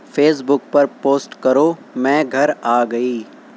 face بک پر post کرو میں گھر آ گئی